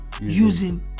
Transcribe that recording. using